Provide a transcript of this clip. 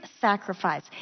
sacrifice